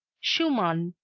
schumann,